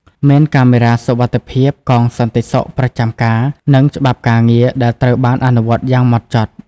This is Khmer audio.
មានកាមេរ៉ាសុវត្ថិភាព កងសន្តិសុខប្រចាំការ និងច្បាប់ការងារដែលត្រូវបានអនុវត្តយ៉ាងម៉ត់ចត់។